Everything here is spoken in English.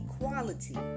equality